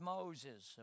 Moses